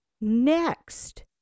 next